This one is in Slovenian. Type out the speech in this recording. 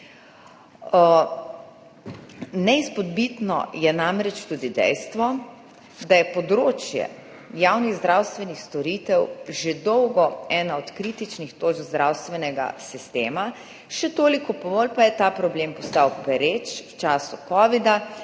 Neizpodbitno je tudi dejstvo, da je področje javnih zdravstvenih storitev že dolgo ena od kritičnih točk zdravstvenega sistema, še toliko bolj pa je ta problem postal pereč v času covida